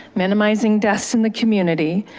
minimizing deaths in the community,